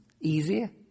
easier